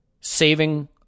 saving